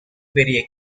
பெரிய